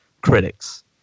critics